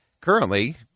Currently